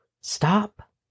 Stop